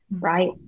right